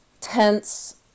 tents